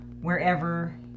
wherever